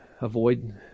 avoid